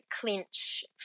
clinch